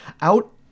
out